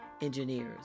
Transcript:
engineers